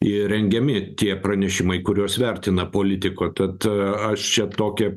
ir rengiami tie pranešimai kuriuos vertina politiko tad aš čia tokią